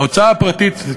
ההוצאה הפרטית על בריאות,